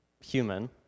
human